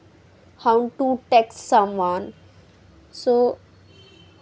how to tax someone so